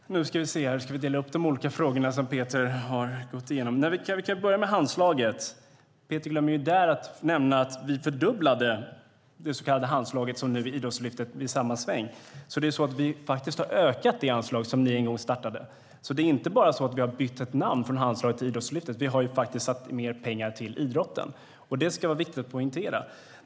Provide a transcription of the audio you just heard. Herr talman! Nu ska vi se. Vi ska dela upp de olika frågor Peter har gått igenom. Vi kan börja med Handslaget. Peter glömmer där att nämna att vi fördubblade det så kallade Handslaget, som nu är Idrottslyftet, i samma sväng. Det är alltså så att vi faktiskt har ökat det anslag ni en gång startade. Det är inte så att vi bara har bytt ett namn, från Handslaget till Idrottslyftet, utan vi har avsatt mer pengar till idrotten. Det är viktigt att poängtera.